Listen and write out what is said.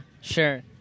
sure